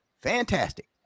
fantastic